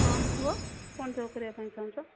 ହଁ କୁହ କଣ ଜବ୍ କରିବା ପାଇଁ ଚାହୁଁଛ